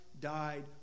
died